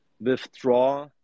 withdraw